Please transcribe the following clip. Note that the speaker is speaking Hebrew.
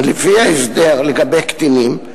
לפי ההסדר לגבי קטינים,